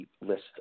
list